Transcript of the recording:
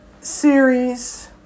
series